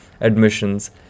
admissions